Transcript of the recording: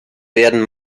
werden